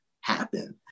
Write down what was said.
happen